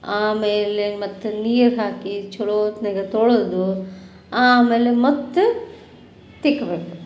ಆಮೇಲೆ ಮತ್ತು ನೀರು ಹಾಕಿ ಛಲೋ ಹೊತ್ತಿನಾಗ ತೊಳೆದು ಆಮೇಲೆ ಮತ್ತು ತಿಕ್ಕಬೇಕು